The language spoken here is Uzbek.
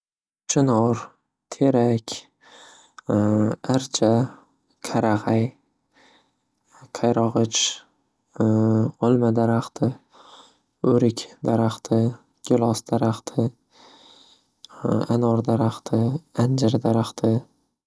Chinor, terak, archa, qarag'ay, qayrog'ich olma daraxti, o'rik daraxti, gilos daraxti, anor daraxti, anjir daraxti.